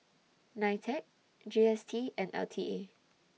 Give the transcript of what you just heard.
NITEC G S T and L T A